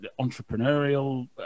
entrepreneurial